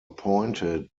appointed